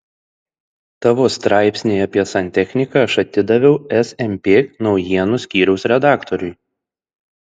tavo straipsnį apie santechniką aš atidaviau smp naujienų skyriaus redaktoriui